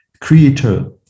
creator